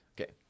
Okay